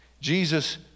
Jesus